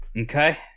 Okay